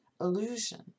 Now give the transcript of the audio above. illusion